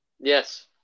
yes